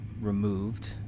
removed